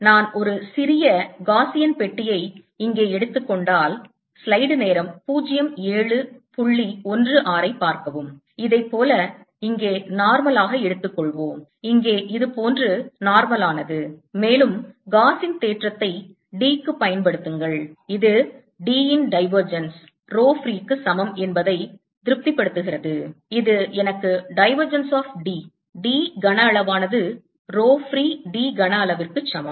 நான் ஒரு சிறிய காஸியன் பெட்டியை இங்கே எடுத்துக் கொண்டால் இதைப் போல இங்கே normal ஆக எடுத்துக்கொள்வோம் இங்கே இது போன்று normal ஆனது மேலும் காஸின் தேற்றத்தை D க்குப் பயன்படுத்துங்கள் இது D இன் divergence ரோ ஃப்ரீ க்கு சமம் என்பதை திருப்திப்படுத்துகிறது இது எனக்கு divergence of D d கன அளவானது ரோ ஃப்ரீ d கன அளவிற்கு சமம்